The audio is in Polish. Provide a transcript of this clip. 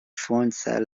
słońce